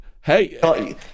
Hey